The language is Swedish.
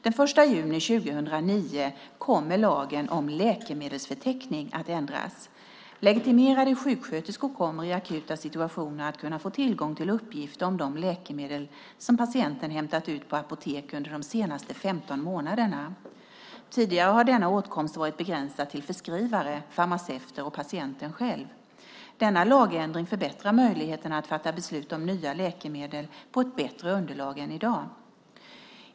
Den 1 juni 2009 kommer lagen om läkemedelsförteckning att ändras. Legitimerade sjuksköterskor kommer i akuta situationer att kunna få tillgång till uppgifter om de läkemedel som patienten hämtat ut på apotek under de senaste 15 månaderna. Tidigare har denna åtkomst varit begränsad till förskrivare, farmaceuter och patienten själv. Denna lagändring förbättrar möjligheterna att fatta beslut om nya läkemedel på ett bättre underlag än i dag.